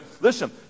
Listen